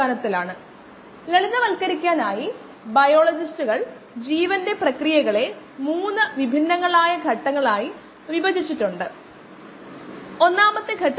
rateofdecreaseinconcentration∝xv ഇപ്പോൾ ഞാൻ ഇത് ആവർത്തിക്കട്ടെ പ്രായോഗിക കോശങ്ങളുടെ സാന്ദ്രത കുറയുന്നതിന്റെ നിരക്ക് എപ്പോൾ വേണമെങ്കിലും നിലവിലുള്ള കോശങ്ങളുടെ സാന്ദ്രതയ്ക്ക് ആനുപാതികമാണ്